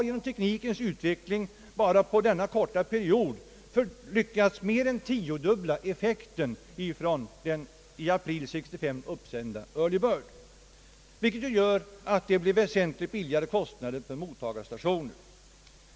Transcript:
Genom teknikens utveckling har man bara på denna korta period lyckats mer än tiodubbla effekten från den i april 1965 uppsända Early Bird, vilket gör att mottagarstationernas kostnader blir väsentligt lägre.